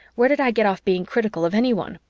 where did i get off being critical of anyone?